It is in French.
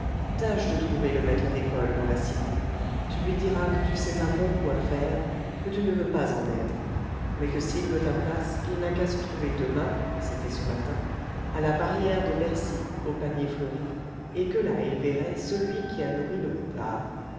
tâche de trouver le maître d'école dans la cité tu lui diras que tu sais un bon coup à faire que tu ne veux pas en être mais que s'il veut ta place il n'a qu'à se trouver demain c'était ce matin à la barrière de bercy au panier fleuri et que là il verrait celui qui a nourri le poupard